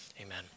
Amen